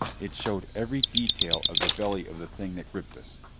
it showed every detail of the belly of the thing that gripped us.